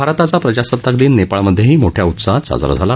भारतीय प्रजासत्ताक दिन नेपाळमधे मोठ्या उत्साहात साजरा झाला